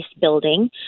building